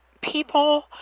people